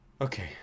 Okay